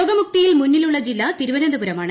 രോഗമുക്തിയിൽ മുന്നിലുള്ള ജില്ല തിരുവനന്തപുരമാണ്